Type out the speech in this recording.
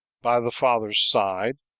by the father's side,